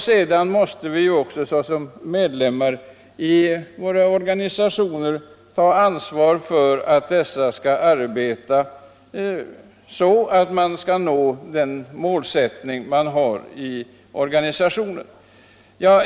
Sedan måste vi såsom medlemmar i våra organisationer arbeta för att nå de mål som organisationen har.